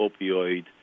opioid